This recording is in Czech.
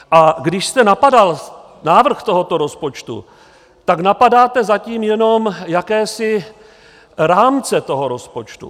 A když jste napadal návrh tohoto rozpočtu, tak napadáte zatím jenom jakési rámce toho rozpočtu.